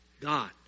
God